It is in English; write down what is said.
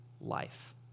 life